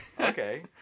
Okay